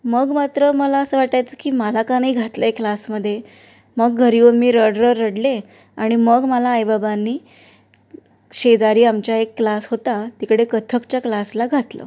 मग मात्र मला असं वाटायचं की मला का नाही घातलं आहे क्लासमध्ये मग घरी येऊन मी रड रड रडले आणि मग मला आईबाबांनी शेजारी आमचा एक क्लास होता तिकडे कथ्थकच्या क्लासला घातलं